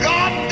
God